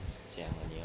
这样 only lor